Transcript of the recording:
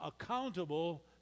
accountable